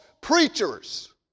preachers